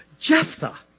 Jephthah